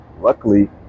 Luckily